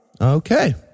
Okay